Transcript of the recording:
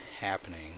happening